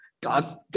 God